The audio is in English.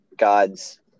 God's